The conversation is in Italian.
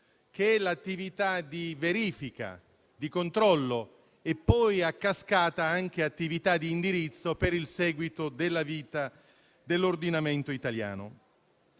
che è l'attività di verifica, di controllo e poi, a cascata, anche di indirizzo per il seguito della vita dell'ordinamento italiano.